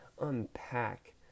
unpack